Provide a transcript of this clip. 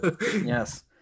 yes